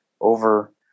over